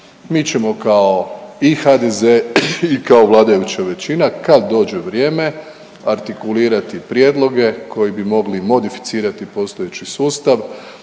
Mi ćemo i kao HDZ i kao vladajuća većina kad dođe vrijeme artikulirati prijedloge koji bi mogli modificirati postojeći sustav